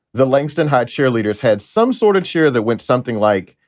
the langston high cheerleaders had some sort of cheer that went something like,